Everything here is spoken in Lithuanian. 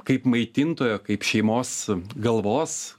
kaip maitintojo kaip šeimos galvos